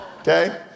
okay